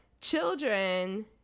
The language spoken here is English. children